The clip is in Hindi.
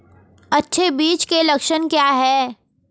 अच्छे बीज के लक्षण क्या हैं?